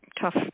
tough